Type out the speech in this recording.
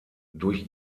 durch